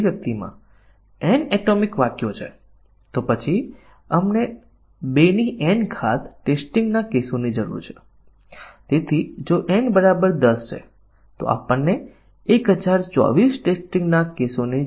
અહીં ફરીથી શાખા કવરેજ તપાસી રહ્યા છીએ કેટલું શાખા કવરેજ મેળવ્યું તે ટૂલ લખવાનું ખૂબ જ સરળ છે અને ઓપનસોર્સ સાધનો ઉપલબ્ધ છે જે શાખા કવરેજ કેટલું છે તે જાણ કરી શકે છે